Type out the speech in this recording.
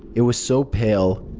it was so pale.